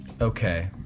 Okay